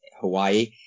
Hawaii